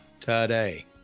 today